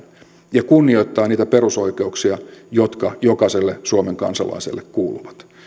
ja kunnioitetaan niitä perusoikeuksia jotka jokaiselle suomen kansalaiselle kuuluvat